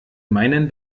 meinen